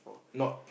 not